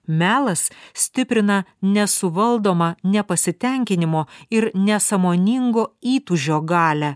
melas stiprina nesuvaldomą nepasitenkinimo ir nesąmoningo įtūžio galią